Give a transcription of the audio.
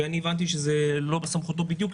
הבנתי שזה לא בסמכותו בדיוק,